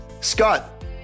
Scott